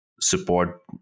support